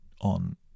on